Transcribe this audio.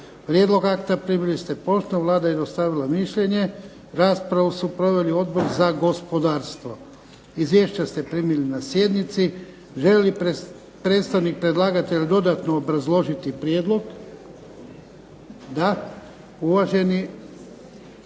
Prijedlog akta primili ste poštom. Vlada je dostavila mišljenje. Raspravu su proveli Odbor za gospodarstvo. Izvješća ste primili na sjednici. Želi li predstavnik predlagatelja dodatno obrazložiti prijedlog? Da. Uvaženi